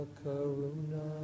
karuna